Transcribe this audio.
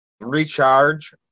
recharge